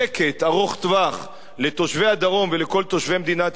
ארוך-טווח לתושבי הדרום ולכל תושבי מדינת ישראל,